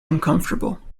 uncomfortable